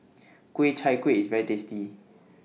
Ku Chai Kueh IS very tasty